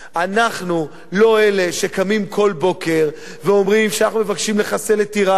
אנחנו לא אלה שקמים כל בוקר ואומרים שאנחנו מבקשים לחסל את אירן,